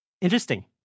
Interesting